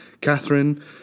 Catherine